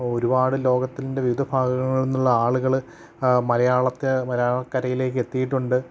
ഒരുപാട് ലോകത്തിൻ്റെ വിവിധ ഭാഗങ്ങളിൽന്നുള്ള ആളുകള് മലയാളത്തെ മലയാളക്കരയിലേക്ക് എത്തിയിട്ടുണ്ട്